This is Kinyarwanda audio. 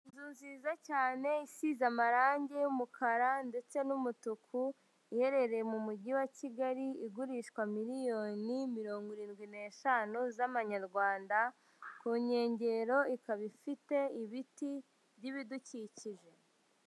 Inzu nziza cyane isize amarangi y'umukara ndetse n'umutuku, iherereye mu Mujyi wa Kigali, igurishwa miliyoni mirongo irindwi n'eshanu z'Amanyarwanda, ku nkengero ikaba ifite ibiti by'ibidukikije.